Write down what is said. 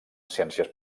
ciències